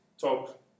talk